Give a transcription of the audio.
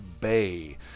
Bay